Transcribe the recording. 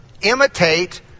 Imitate